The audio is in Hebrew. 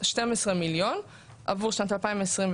12 מיליון עבור שנת 2023,